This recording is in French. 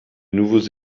nouveaux